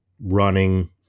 running